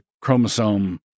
chromosome